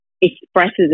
expresses